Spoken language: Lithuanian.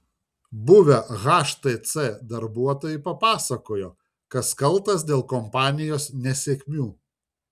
buvę htc darbuotojai papasakojo kas kaltas dėl kompanijos nesėkmių